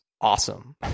awesome